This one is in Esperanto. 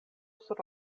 sur